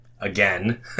again